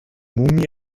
mumie